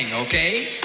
okay